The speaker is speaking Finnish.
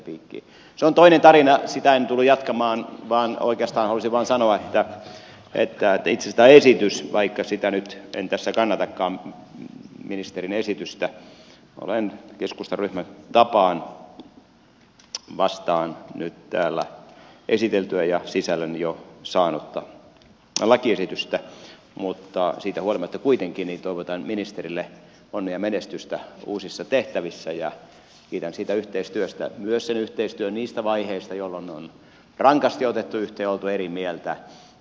se on toinen tarina sitä en tullut jatkamaan vaan oikeastaan halusin vain sanoa että vaikka nyt en itse tätä esitystä tässä kannatakaan ministerin esitystä olen keskustan ryhmän tapaan vastaan nyt täällä esiteltyä ja sisällön jo saanutta lakiesitystä siitä huolimatta kuitenkin toivotan ministerille onnea ja menestystä uusissa tehtävissä ja kiitän siitä yhteistyöstä myös sen yhteistyön niistä vaiheista jolloin on rankasti otettu yhteen ja oltu eri mieltä